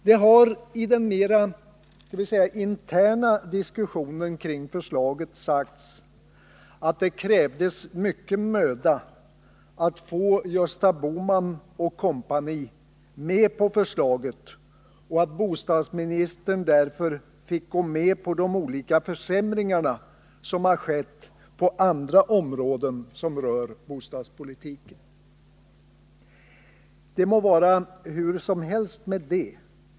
Det har i den mer interna diskussionen kring förslaget sagts att det krävdes mycken möda att få Gösta Bohman och kompani med på förslaget och att bostadsministern därför fick gå med på de olika försämringar som har skett på andra områden som rör bostadspolitiken. Det må vara hur som helst med det.